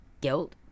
guilt